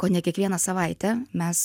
kone kiekvieną savaitę mes